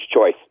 choice